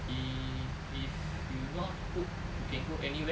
if if you know how to cook you can go anywhere